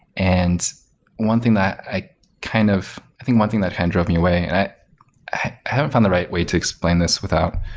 and one thing that i kind of i think one thing that kind of drove me away, and i haven't found the right way to explain this without